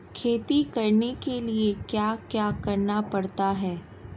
खेती करने के लिए क्या क्या करना पड़ता है?